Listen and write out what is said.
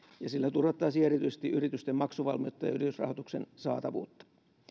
ja sillä turvattaisiin erityisesti yritysten maksuvalmiutta ja yritysrahoituksen saatavuutta